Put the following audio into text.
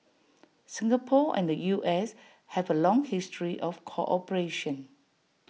Singapore and the U S have A long history of cooperation